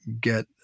get